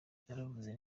naravuze